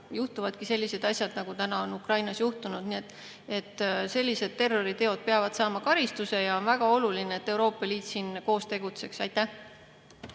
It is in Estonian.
juhtuvadki sellised asjad, nagu Ukrainas on juhtunud. Sellised terroriteod peavad saama karistuse ja on väga oluline, et Euroopa Liit siin koos tegutseks. Aitäh!